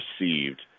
received